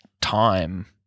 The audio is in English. time